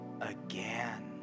again